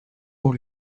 pour